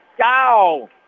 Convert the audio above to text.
cow